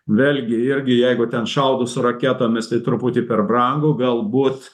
vėlgi irgi jeigu ten šaudo su raketomis tai truputį per brangu galbūt